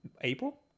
April